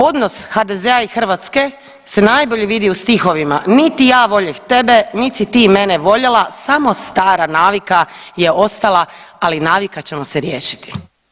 Odnos HDZ-a i Hrvatske se najbolje vidi u stihovima, niti ja voljeh tebe, nit si ti mene voljela, samo stara navika je ostala, ali navika ćemo se riješiti.